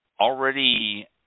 already